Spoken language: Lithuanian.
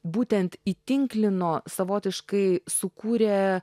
būtent įtinklino savotiškai sukūrė